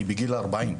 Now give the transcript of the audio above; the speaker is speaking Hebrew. אני בגיל ארבעים.